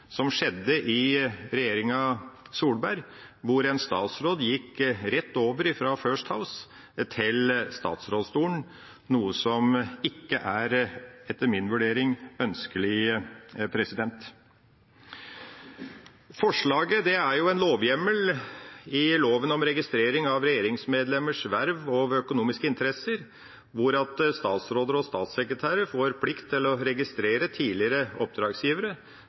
som skjedde i regjeringa Solberg, der en statsråd gikk rett over fra First House til statsrådsstolen, noe som etter min vurdering ikke er ønskelig. Forslaget går ut på å få en lovhjemmel i loven om registrering av regjeringsmedlemmers verv og økonomiske interesser, der statsråder og statssekretærer får plikt til å registrere tidligere oppdragsgivere